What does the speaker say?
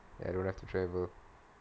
and don't have to travel